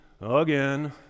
again